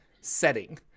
setting